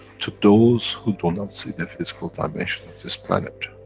to those who do not see the physical dimension of this planet